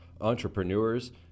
entrepreneurs